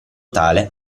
tale